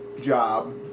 job